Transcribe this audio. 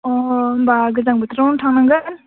अ होनबा गोजां बोथोरावनो थांनांगोन